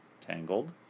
Tangled